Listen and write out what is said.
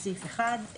בסעיף 1,